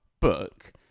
book